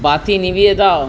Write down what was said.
বাতি নিভিয়ে দাও